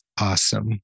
Awesome